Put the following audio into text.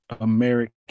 American